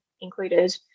included